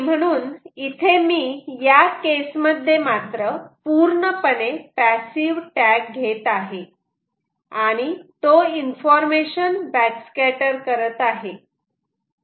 म्हणून इथे मी या केसमध्ये पूर्णपणे पॅसिव्ह टॅग घेत आहे आणि तो इन्फॉर्मेशन बॅकस्कॅटर करत आहे